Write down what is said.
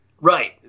Right